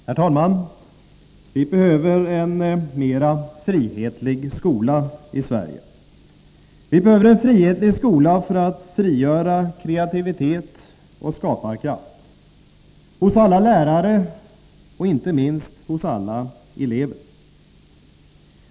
Herr talman! Vi behöver en mer frihetlig skola i Sverige. Vi behöver en frihetlig skola för att frigöra kreativitet och skaparkraft hos alla lärare och inte minst hos alla elever.